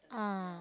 ah